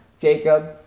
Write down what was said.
Jacob